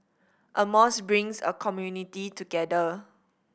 a mosque brings a community together